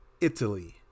Italy